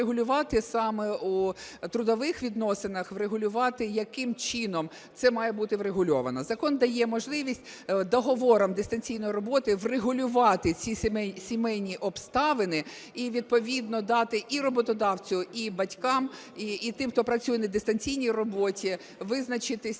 саме в трудових відносинах врегулювати, яким чином це має бути врегульовано. Закон дає можливість договором дистанційної роботи врегулювати ці сімейні обставини і відповідно дати і роботодавцю, і батькам, і тим, хто працює на дистанційній роботі, визначитися і